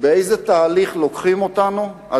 באיזה תהליך לוקחים אותנו,